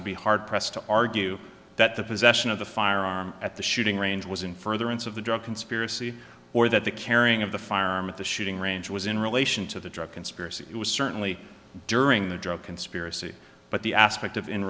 would be hard pressed to argue that the possession of the firearm at the shooting range was in furtherance of the drug conspiracy or that the carrying of the firearm at the shooting range was in relation to the drug conspiracy it was certainly during the drug conspiracy but the aspect of in